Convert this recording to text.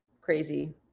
crazy